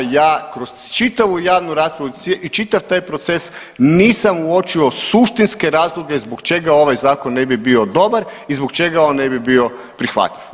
Ja kroz čitavu javnu raspravu, čitav taj proces nisam uočio suštinske razloge zbog čega ovaj zakon ne bi bio dobar i zbog čega on ne bi bio prihvatljiv.